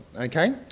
okay